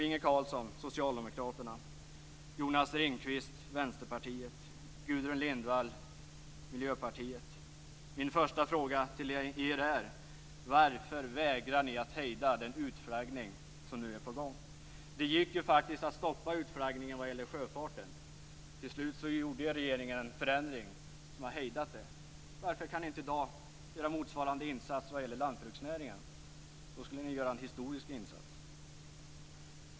Inge Carlsson, Socialdemokraterna, Miljöpartiet, min första fråga till er är: Varför vägrar ni att hejda den utflaggning som nu är på gång? Det gick ju faktiskt att stoppa utflaggningen vad gäller sjöfarten. Till slut genomförde regeringen en förändring som har hejdat den. Varför kan ni inte i dag göra motsvarande insats för lantbruksnäringen? Då skulle ni göra en historisk insats.